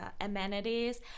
amenities